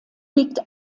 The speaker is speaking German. liegt